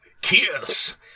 Kiss